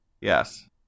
Yes